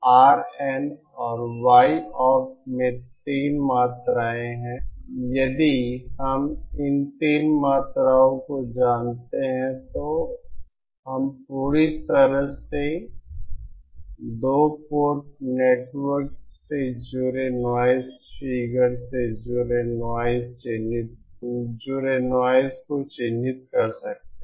इस Fmin Rn और Yopt में 3 मात्राएं हैं यदि हम इन तीन मात्राओं को जानते हैं तो हम पूरी तरह से दो पोर्ट नेटवर्क से जुड़े नॉइज़ फिगर से जुड़े नॉइज़ को चिह्नित कर सकते हैं